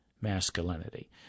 masculinity